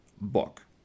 book